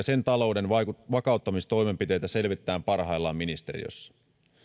sen talouden vakauttamistoimenpiteitä selvitetään parhaillaan ministeriössä